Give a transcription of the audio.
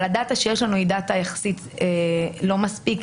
המידע שיש לנו הוא מידע יחסית לא מספיק